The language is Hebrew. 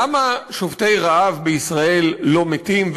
למה שובתי רעב בישראל לא מתים?